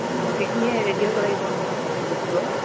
গোটেইখিনিয়ে ৰেডি হ'ব লাগিব নহয় গোটটোও